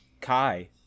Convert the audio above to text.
kai